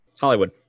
Hollywood